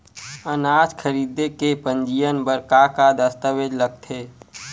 अनाज खरीदे के पंजीयन बर का का दस्तावेज लगथे?